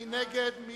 מי נגד?